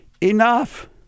Enough